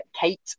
Kate